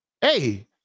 Hey